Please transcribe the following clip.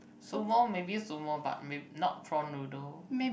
sumo maybe sumo but may~ not prawn noodle